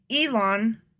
Elon